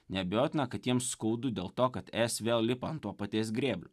neabejotina kad jiems skaudu dėl to kad es vėl lipa ant to paties grėblio